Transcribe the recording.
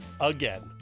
again